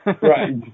Right